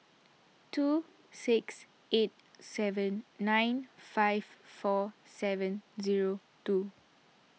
two six eight seven nine five four seven zero two